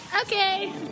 Okay